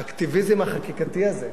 האקטיביזם החקיקתי הזה,